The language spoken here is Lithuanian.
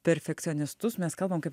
perfekcionistus mes kalbam kaip